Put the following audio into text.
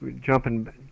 jumping